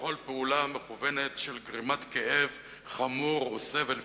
כ"כל פעולה מכוונת של גרימת כאב חמור או סבל,